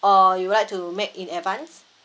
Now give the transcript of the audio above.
or you'd like to make in advance